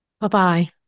Bye-bye